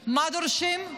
מה דורשים?